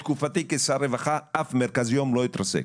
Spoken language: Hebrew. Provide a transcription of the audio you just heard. בתקופתי כשר רווחה אף מרכז יום לא התרסק.